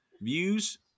views